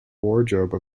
wardrobe